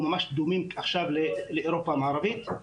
אנחנו ממש דומים עכשיו לאירופה המערבית.